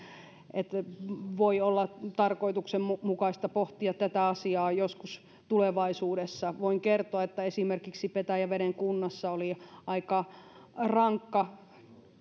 voi olla tarkoituksenmukaista pohtia tätä asiaa joskus tulevaisuudessa voin kertoa että esimerkiksi petäjäveden kunnassa oli aika rankka